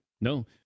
No